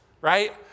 Right